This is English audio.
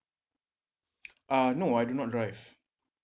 uh no I do not drive